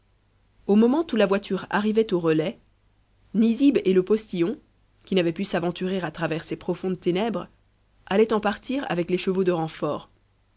au moment où la voiture arrivait au relais nizib et le postillon qui n'avaient pu s'aventurer à travers ces profondes ténèbres allaient en partir avec